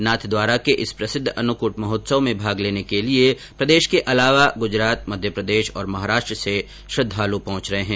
नाथद्वारा के इस प्रसिद्ध अन्नकूट महोत्सव में भाग लेने के लिए प्रदेश के अलावा गुजरात मध्यप्रदेश और महाराष्ट्र से श्रद्धाल पहुंच रहे है